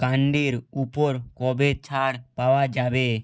ক্যান্ডির উপর কবে ছাড় পাওয়া যাবে